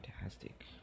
fantastic